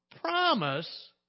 promise